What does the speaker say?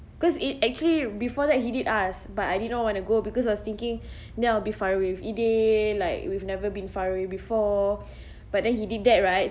because it actually before that he did ask but I did not want to go because I was thinking then I'll be far away from eday like we've never been far away before but then he did that right